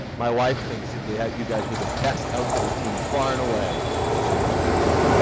my wife thinks that you guys were the best outfitted team far and away in london. so,